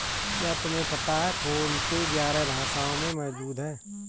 क्या तुम्हें पता है फोन पे ग्यारह भाषाओं में मौजूद है?